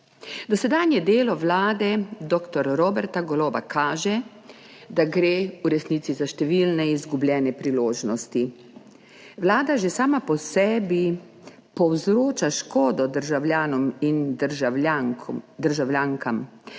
Dosedanje delo vlade doktor Roberta Goloba kaže, da gre v resnici za številne izgubljene priložnosti. Vlada že sama po sebi povzroča škodo državljanom in državljankam,